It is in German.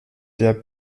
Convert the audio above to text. der